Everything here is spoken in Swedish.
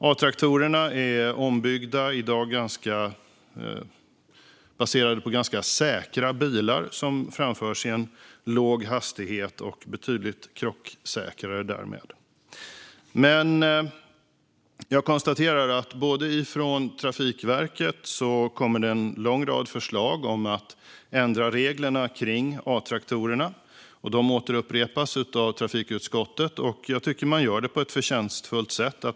A-traktorerna är ombyggda bilar och är i dag baserade på ganska säkra bilar och framförs i låg hastighet. Därmed är de betydligt mer krocksäkra. Jag konstaterar dock att det från Trafikverket kommer en lång rad förslag om att ändra reglerna för A-traktorerna. De återupprepas av trafikutskottet. Det gör man på ett förtjänstfullt sätt.